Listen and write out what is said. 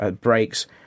breaks